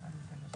עד שלב